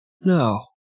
No